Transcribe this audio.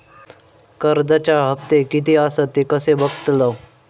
कर्जच्या हप्ते किती आसत ते कसे बगतलव?